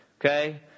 Okay